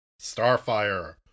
Starfire